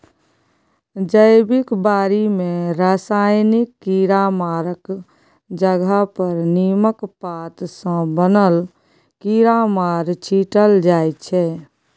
जैबिक बारी मे रासायनिक कीरामारक जगह पर नीमक पात सँ बनल कीरामार छीटल जाइ छै